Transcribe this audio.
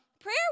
prayer